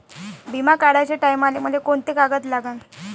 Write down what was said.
बिमा काढाचे टायमाले मले कोंते कागद लागन?